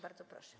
Bardzo proszę.